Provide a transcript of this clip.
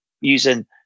using